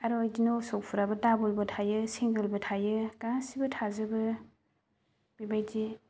आरो बिदिनो असक फुलाबो दाबोलबो थायो सिंगोलबो थायो गासैबो थाजोबो बेबायदि